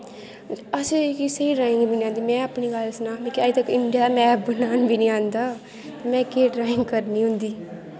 असें गी स्हेई टैम निं मिलेआ ते में अपनी गल्ल सनांऽ ते मिगी अज्ज तक इंडियां दा मैप बी बनाना निं आंदा नां मिगी ड्राइंग करनी औंदी